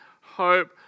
hope